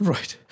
Right